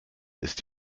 ist